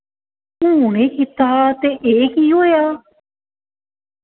हून एह् कीता ते एह् की होएआ